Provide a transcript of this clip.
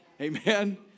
Amen